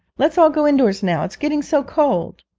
let's all go indoors now it's getting so cold